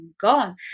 gone